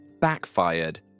backfired